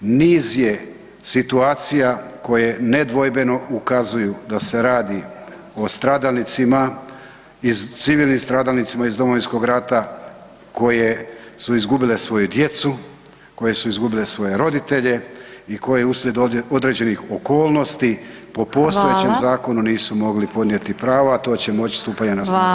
Niz je situacija koje nedvojbeno ukazuju da se radi o stradalnicima, civilnim stradalnicima iz Domovinskog rata koje su izgubile svoju djecu, koje su izgubile svoje roditelje i koje uslijed određenih okolnosti po postojećem zakonu nisu mogli podnijeti pravo, a to će moći stupanjem na snagu ovog zakona.